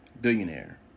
Billionaire